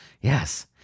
Yes